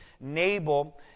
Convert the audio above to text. Nabal